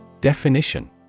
Definition